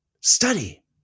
study